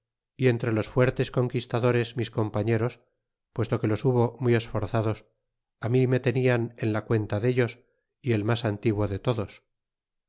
y entre los fuertes conquistadores mis compañeros puesto que los hubo muy esforzados mi me tenian en la cuenta dellos y el mas antiguo de todos